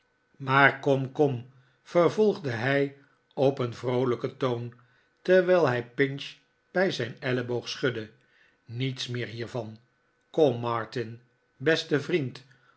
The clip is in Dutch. maar kom kom vervolgde hij op een vroolijker toon terwijl hij pinch bij zijn elleboog schudde niets meer hiervan kom martin beste vriend